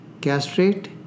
castrate